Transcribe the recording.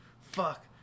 Fuck